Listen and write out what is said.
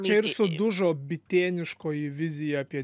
čia ir sudužo bitėniškoji vizija apie